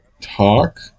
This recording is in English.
talk